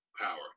power